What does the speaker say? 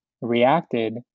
reacted